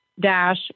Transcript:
Dash